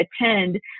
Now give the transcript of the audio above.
attend